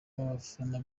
abafana